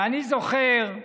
אני זוכר,